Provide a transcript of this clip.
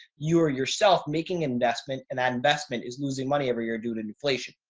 you are yourself making investment and that investment is losing money every year due to inflation,